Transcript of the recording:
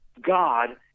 God